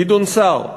גדעון סער,